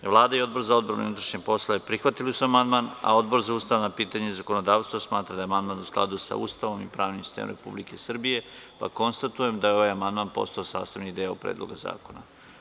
Vlada i Odbor za odbranu i unutrašnje poslove prihvatili su amandman, a Odbor za ustavna pitanja i zakonodavstvo smatra da je amandman u skladu sa Ustavom i pravnim sistemom Republike Srbije, pa konstatujem da je ovaj amandman postao sastavni deo Predloga zakona.